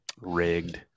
rigged